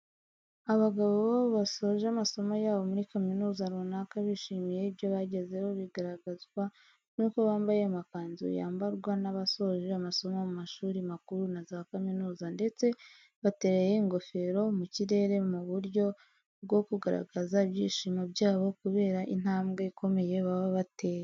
Abagabo basoje amasomo yabo muri kaminuza runaka bishimiye ibyo bagezeho bigaragazwa n'uko bamabye amakanzu yambarwa n'abasoze amasomo mu mashuri makuru na za kaminuza ndetse batereye ingofero mu kirere mu buryo bwo kugaragaza ibyishimo byabo kubera intambwe ikomeye baba bateye.